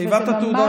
תיבת התהודה,